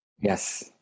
Yes